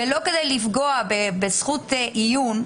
ולא כדי לפגוע בזכות עיון,